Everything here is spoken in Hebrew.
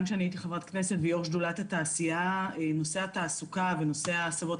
גם כשהייתי ח"כ ויו"ר שדולת התעשייה נושא התעסוקה ונושא ההסבות